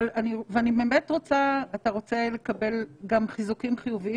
אתה רוצה לקבל גם חיזוקים חיוביים,